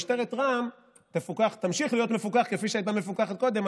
משטרת רע"מ תמשיך להיות מפוקחת כפי שהייתה מפוקחת קודם,